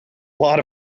lot